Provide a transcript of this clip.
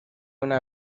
una